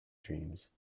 dreams